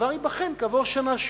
שהדבר ייבחן כעבור שנה שוב.